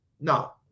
no